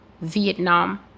Vietnam